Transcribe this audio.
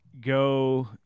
go